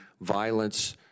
violence